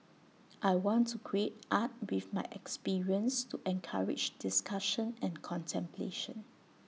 I want to create art with my experience to encourage discussion and contemplation